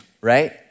right